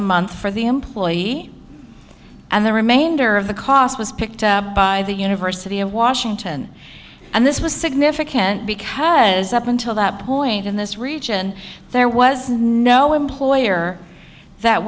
a month for the employee and the remainder of the cost was picked up by the university of washington and this was significant because up until that point in this region there was no employer that